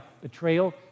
betrayal